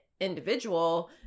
individual